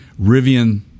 Rivian